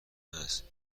هست